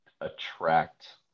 attract